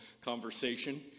conversation